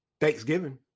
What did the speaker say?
Thanksgiving